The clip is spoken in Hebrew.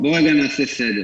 בואו רגע נעשה סדר.